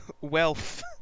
wealth